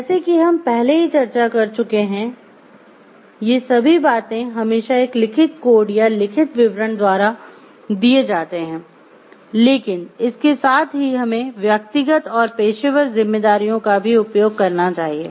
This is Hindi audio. जैसे कि हम पहले ही चर्चा कर चुकें हैं ये सभी बातें हमेशा एक लिखित कोड या लिखित विवरण द्वारा दिये जाते हैं लेकिन इसके साथ ही हमें व्यक्तिगत और पेशेवर जिम्मेदारियों का भी उपयोग करना चाहिए